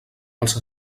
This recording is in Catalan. els